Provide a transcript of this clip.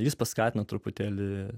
jis paskatino truputėlį